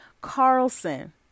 Carlson